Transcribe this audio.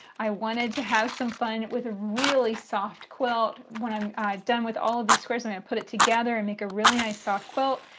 i wanted to have some fun with a really soft quilt. when i'm done with all of these squares and i've put it together it'll and make a really nice soft quilt.